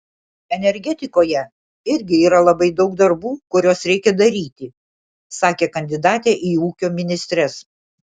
energetikoje irgi yra labai daug darbų kuriuos reikia daryti sakė kandidatė į ūkio ministres